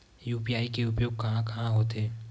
UPI के उपयोग कहां कहा होथे?